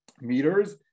meters